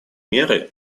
меры